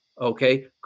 okay